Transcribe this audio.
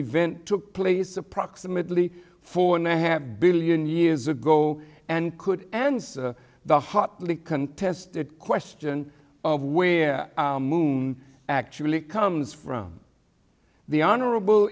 event took place approximately four now have billion years ago and could answer the hotly contested question of where moon actually comes from the honorable